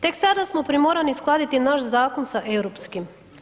Tek sada smo primorani uskladiti naš zakon sa europskim.